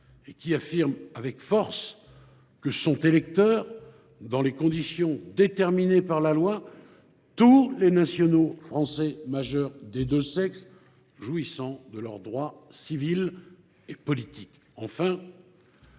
et qui affirme avec force que sont électeurs « dans les conditions déterminées par la loi, tous les nationaux français majeurs des deux sexes, jouissant de leurs droits civils et politiques